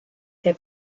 der